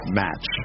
match